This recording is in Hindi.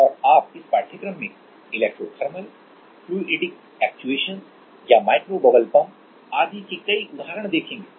और आप इस पाठ्यक्रम में इलेक्ट्रो थर्मल फ्लुइडिक एक्चुएशन या माइक्रो बबल पंप आदि के कई उदाहरण देखेंगे